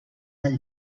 dels